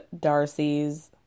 Darcy's